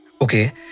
Okay